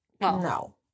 No